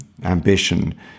Ambition